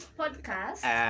podcast